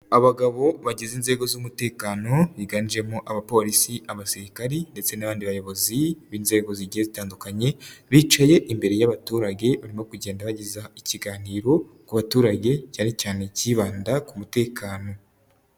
Abagabo bagize inzego z'umutekano higanjemo abapolisi, abasirikari, ndetse n'abandi bayobozi b'inzego zigiye zitandukanye, bicaye imbere y'abaturage, barimo kugenda bageza ikiganiro ku baturage, cyane cyane kibanda ku mutekano.